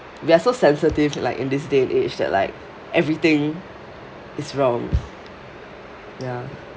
we are so sensitive like in this day and age like everything is wrong ya